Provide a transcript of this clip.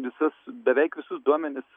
visus beveik visus duomenis